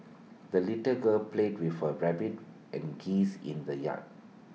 the little girl played with her rabbit and geese in the yard